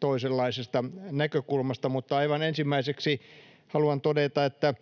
toisenlaisesta näkökulmasta, mutta aivan ensimmäiseksi haluan todeta, että